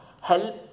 help